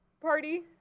party